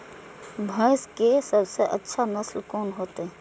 भैंस के सबसे अच्छा नस्ल कोन होते?